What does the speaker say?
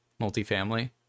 multifamily